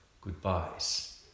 goodbyes